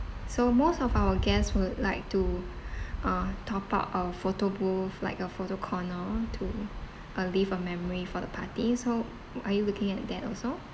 so most of our guest would like to uh top up our photo booth like a photo corner to uh leave a memory for the party so are you looking at that also